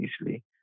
easily